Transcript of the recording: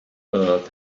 earth